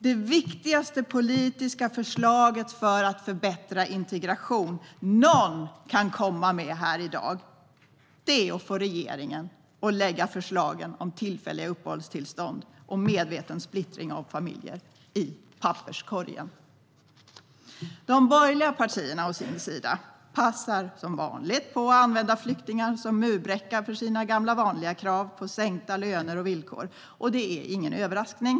Det viktigaste politiska förslaget för att förbättra integrationen någon kan komma med i dag är att få regeringen att lägga förslagen om tillfälliga uppehållstillstånd och medveten splittring av familjer i papperskorgen. De borgerliga partierna passar å sin sida på att använda flyktingarna som murbräcka för sina gamla vanliga krav på sänkta löner och villkor. Det är ingen överraskning.